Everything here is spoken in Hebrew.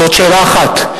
זאת שאלה אחת.